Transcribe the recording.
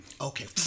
Okay